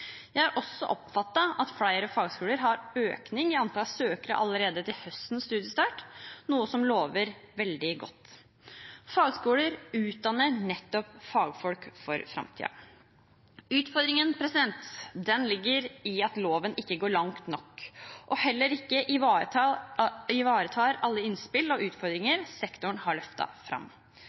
Jeg har også oppfattet at flere fagskoler allerede har en økning i antall søkere til høstens studiestart, noe som lover veldig godt. Fagskoler utdanner nettopp fagfolk for framtiden. Utfordringen ligger i at loven ikke går langt nok og heller ikke ivaretar alle innspill og utfordringer sektoren har løftet fram.